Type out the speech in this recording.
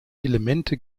elemente